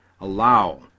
allow